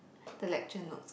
the lecture note